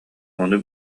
ону